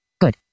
Good